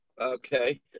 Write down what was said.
okay